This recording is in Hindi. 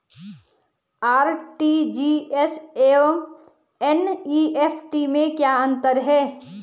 आर.टी.जी.एस एवं एन.ई.एफ.टी में क्या अंतर है?